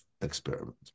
experiment